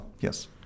yes